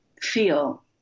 feel